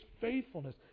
faithfulness